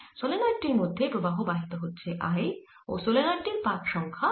solenoid টির মধ্যে প্রবাহ বাহিত হচ্ছে Iও সলেনয়েড টির পাক সংখ্যা N